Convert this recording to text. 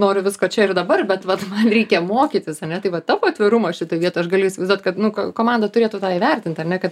noriu visko čia ir dabar bet vat man reikia mokytis ane tai va tavo atvirumo šitoj vietoj aš galiu įsivaizduot kad nu ko komanda turėtų tą įvertint ar ne kad